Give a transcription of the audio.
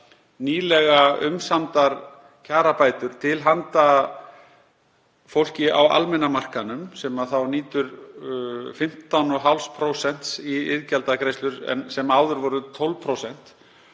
nýlega umsamdar kjarabætur til handa fólki á almenna markaðnum sem þá nýtur 15,5% í iðgjaldagreiðslur sem áður voru 12%.